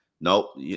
Nope